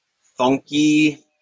funky